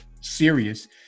serious